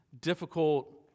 difficult